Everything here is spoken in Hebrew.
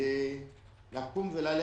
כדי לקום וללכת,